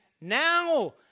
now